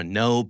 no